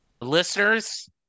listeners